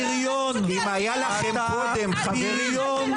אם היה לכם קודם חברים,